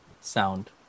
sound